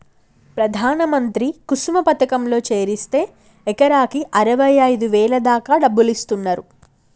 ప్రధాన మంత్రి కుసుమ పథకంలో చేరిస్తే ఎకరాకి అరవైఐదు వేల దాకా డబ్బులిస్తున్నరు